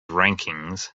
rankings